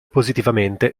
positivamente